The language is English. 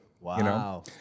Wow